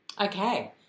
Okay